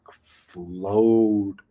flowed